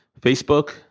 Facebook